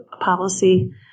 policy